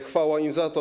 Chwała im za to.